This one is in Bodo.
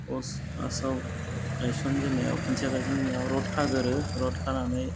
पस्ट फार्स्टआव गायसनजेननायाव खुन्थिया गायसनजेननायाव रद खाग्रोयो रद खानानै